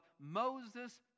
Moses